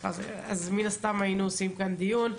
אז מן הסתם היינו עושים כאן דיון,